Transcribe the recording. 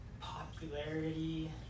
popularity